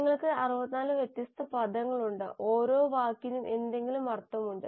നിങ്ങൾക്ക് 64 വ്യത്യസ്ത പദങ്ങളുണ്ട് ഓരോ വാക്കിനും എന്തെങ്കിലും അർത്ഥമുണ്ട്